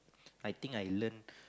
I think I learn